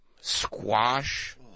Squash